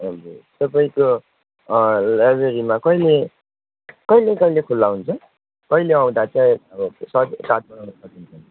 हजुर तपाईँको लाइब्रेरीमा कहिले कहिले खुल्ला हुन्छ कहिले आउँदा चाहिँ अब सज कार्ड बनाउनु सकिन्छ